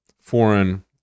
foreign